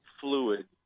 fluid